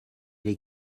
les